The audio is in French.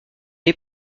est